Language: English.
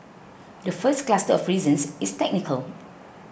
the first cluster of reasons is technical